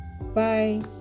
bye